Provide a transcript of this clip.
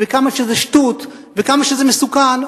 וכמה שזה שטות וכמה שזה מסוכן,